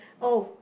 oh